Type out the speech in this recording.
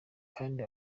kandi